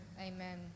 Amen